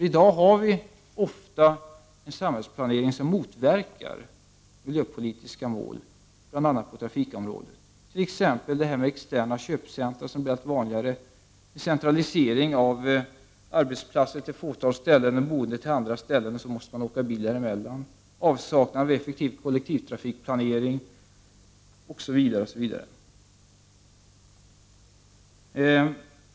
I dag har vi ofta en samhällsplanering som motverkar miljöpolitiska mål, bl.a. på trafikområdet. Det gäller t.ex. externa köpcentra, som blir allt vanligare, och det gäller centralisering av arbetsplatser till ett fåtal ställen och boende till andra ställen, så att man måste åka bil däremellan. Det gäller avsaknad av effektiv kollektivtrafikplanering osv.